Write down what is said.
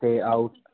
ਇਹ ਆਊਟ